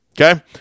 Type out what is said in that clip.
Okay